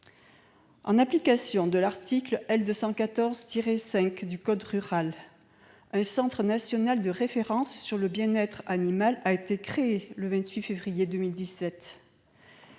En application de l'article L. 214-5 du code rural et de la pêche maritime, un centre national de référence sur le bien-être animal a été créé le 28 février 2017.